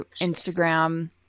Instagram